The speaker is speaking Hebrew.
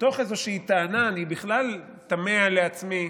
מתוך איזושהי טענה, אני בכלל תמה לעצמי